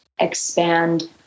expand